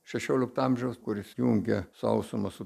šešiolikto amžiaus kuris jungė sausumą su